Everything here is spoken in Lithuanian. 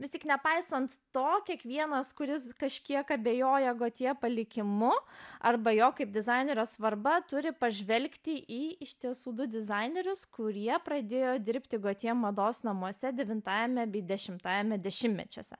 vis tik nepaisant to kiekvienas kuris kažkiek abejoja gotje palikimu arba jo kaip dizainerio svarba turi pažvelgti į iš tiesų du dizainerius kurie pradėjo dirbti gotje mados namuose devintajame dešimtajame dešimtmečiuose